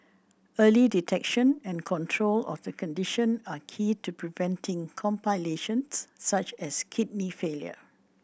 early detection and control of the condition are key to preventing such as kidney failure